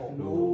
no